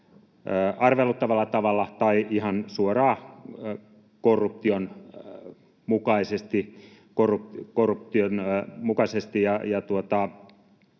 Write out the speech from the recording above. arveluttavalla tavalla tai ihan suoraan korruption mukaisesti.